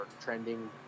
trending